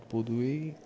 പൊതുവേ